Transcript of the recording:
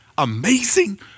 Amazing